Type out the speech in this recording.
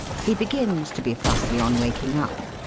he begins to be fussy on waking up,